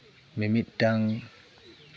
ᱢᱤᱢᱤᱫᱴᱟᱝ